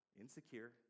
insecure